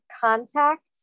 contact